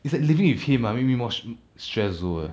is like living with him ah make me more more stress also leh